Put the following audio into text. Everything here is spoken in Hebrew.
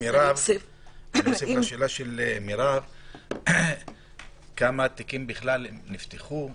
אוסיף לשאלה של מרב - כמה תיקים בכלל נפתחו?